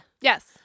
Yes